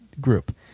Group